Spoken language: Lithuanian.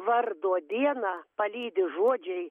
vardo dieną palydi žodžiai